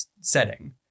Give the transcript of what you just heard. setting